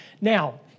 Now